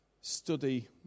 study